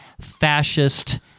fascist